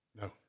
no